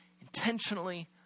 intentionally